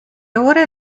ore